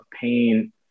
pain